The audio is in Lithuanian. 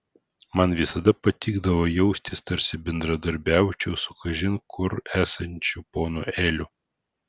man visada patikdavo jaustis tarsi bendradarbiaučiau su kažin kur esančiu ponu eliu